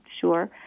sure